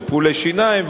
טיפולי שיניים,